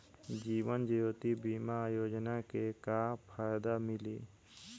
जीवन ज्योति बीमा योजना के का फायदा मिली?